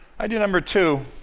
idea number two